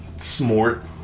Smart